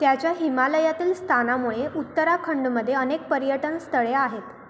त्याच्या हिमालयातील स्थानामुळे उत्तराखंडमध्ये अनेक पर्यटनस्थळे आहेत